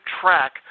track